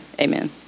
amen